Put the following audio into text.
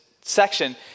section